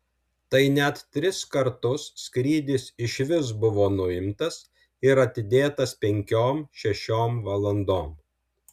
tai net tris kartus skrydis iš vis buvo nuimtas ir atidėtas penkiom šešiom valandom